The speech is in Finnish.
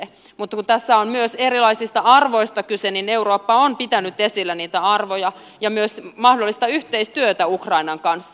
mutta kun tässä on myös erilaisista arvoista kyse niin eurooppa on pitänyt esillä niitä arvoja ja myös mahdollista yhteistyötä ukrainan kanssa